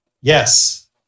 yes